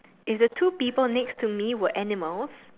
if the two people next to me were animals